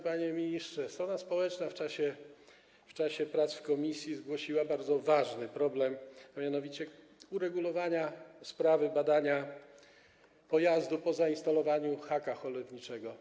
Panie ministrze, strona społeczna w czasie prac w komisji zgłosiła bardzo ważny problem, a mianowicie uregulowania sprawy badania pojazdu po zainstalowaniu haka holowniczego.